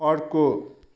अर्को